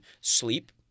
sleep